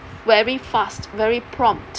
very fast very prompt